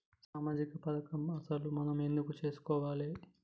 సామాజిక పథకం అసలు మనం ఎందుకు చేస్కోవాలే?